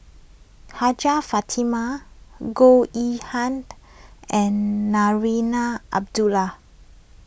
Hajjah Fatimah Goh Yihan and Abdullah